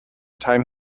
time